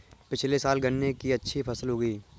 पिछले साल गन्ने की अच्छी फसल उगी